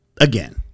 again